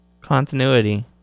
continuity